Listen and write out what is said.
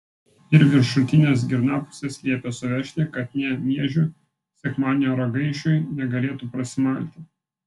ir viršutines girnapuses liepė suvežti kad nė miežių sekmadienio ragaišiui negalėtų prasimalti